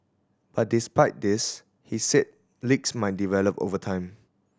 but despite this he said leaks might develop over time